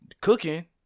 cooking